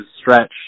stretch